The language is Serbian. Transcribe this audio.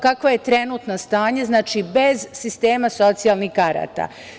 Kakvo je trenutno stanje, bez sistema socijalnih karata?